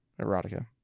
erotica